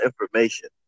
information